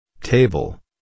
Table